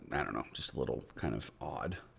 i don't know, just a little kind of odd.